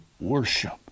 worship